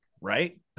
right